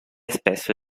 spesso